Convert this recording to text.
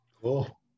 Cool